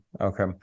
Okay